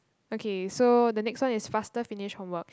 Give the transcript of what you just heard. okay so the next one is faster finish homework